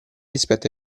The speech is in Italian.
rispetto